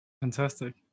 Fantastic